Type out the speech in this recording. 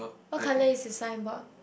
what colour is his signboard